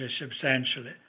substantially